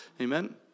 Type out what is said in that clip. amen